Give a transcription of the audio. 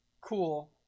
Cool